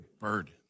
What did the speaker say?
burden